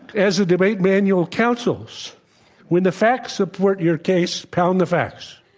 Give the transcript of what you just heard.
as a debate manual counsel's when the facts support your case pound the facts.